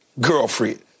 girlfriend